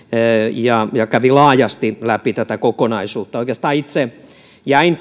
ja ja kävi laajasti läpi tätä kokonaisuutta oikeastaan itse jäin